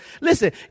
Listen